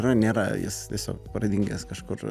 yra nėra jis tiesiog pradingęs kažkur